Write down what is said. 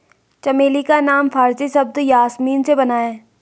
चमेली का नाम फारसी शब्द यासमीन से बना है